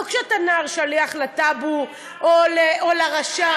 לא כשאתה נער שליח לטאבו או לרשם.